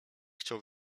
chciał